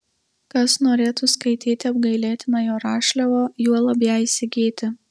kas norėtų skaityti apgailėtiną jo rašliavą juolab ją įsigyti